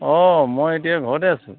অ মই এতিয়া ঘৰতে আছোঁ